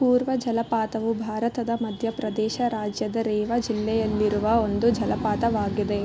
ಪೂರ್ವ ಜಲಪಾತವು ಭಾರತದ ಮಧ್ಯ ಪ್ರದೇಶ ರಾಜ್ಯದ ರೇವ ಜಿಲ್ಲೆಯಲ್ಲಿರುವ ಒಂದು ಜಲಪಾತವಾಗಿದೆ